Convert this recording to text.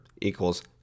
equals